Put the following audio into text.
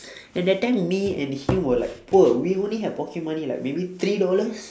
and that time me and him were like poor we only had pocket money like maybe three dollars